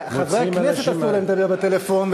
לחברי הכנסת אסור לדבר בטלפון,